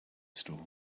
store